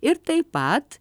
ir taip pat